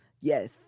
yes